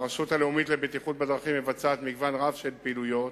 הרשות הלאומית לבטיחות בדרכים מבצעת מגוון רב של פעילויות,